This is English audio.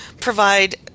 provide